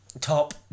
Top